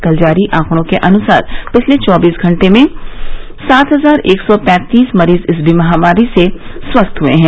कल जारी आंकडों के अनुसार पिछले चौकीस घंटे में सात हजार एक सौ पैंतीस मरीज इस महामारी से स्वस्थ हए हैं